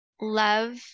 love